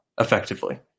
effectively